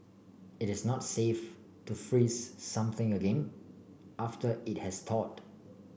it is not safe to freezes something again after it has thawed